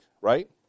right